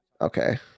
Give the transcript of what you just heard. Okay